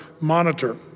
monitor